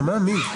מי?